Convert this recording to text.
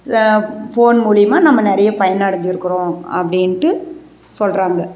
phone மூலிமா நம்ம நிறையா பயன் அடைஞ்சுருக்குறோம் அப்படின்ட்டு சொல்கிறாங்க